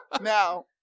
now